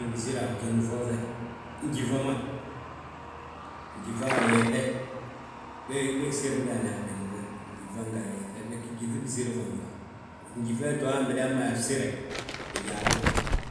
Yíŧi usire a fnjiŋni foofe, njífa ma, njífa, ayeŧe, bége bég siri ndaani a fnjiŋni fommu, njífa nga ayeŧi bisiri fanfaŋ. Njífa he han bidan ma yaa bsire bijaa ma.